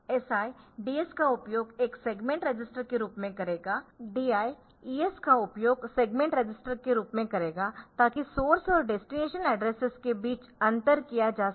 SI DS का उपयोग एक सेगमेंट रजिस्टर के रूप में करेगा DI ES का उपयोग सेगमेंट रजिस्टर के रूप में करेगा ताकि सोर्स और डेस्टिनेशन एड्रेसेस के बीच अंतर किया जा सके